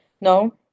no